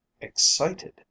excited